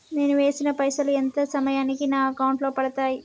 నేను వేసిన పైసలు ఎంత సమయానికి నా అకౌంట్ లో పడతాయి?